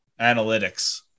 analytics